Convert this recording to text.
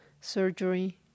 surgery